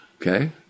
Okay